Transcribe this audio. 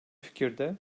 fikirde